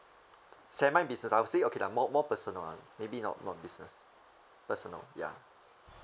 semi business I would say okay lah more more personal lah maybe not not business personal ya